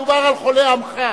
מדובר על חולי עמך.